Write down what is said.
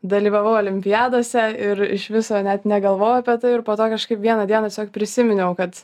dalyvavau olimpiadose ir iš viso net negalvojau apie tai ir po to kažkaip vieną dieną tiesiog prisiminiau kad